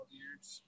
years